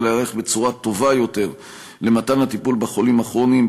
להיערך בצורה טובה יותר למתן הטיפול בחולים הכרוניים,